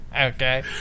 Okay